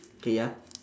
K ya